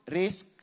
risk